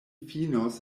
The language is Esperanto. finos